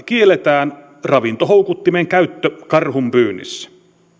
kielletään ravintohoukuttimen käyttö karhunpyynnissä